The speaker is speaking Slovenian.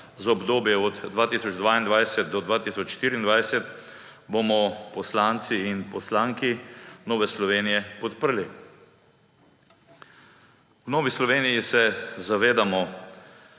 za obdobje od 2022 do 2024 bomo poslanci in poslanki Nove Slovenije podprli. V Novi Sloveniji se zavedamo,